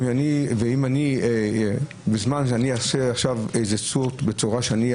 אני מניח שקיצוניים עשו זאת.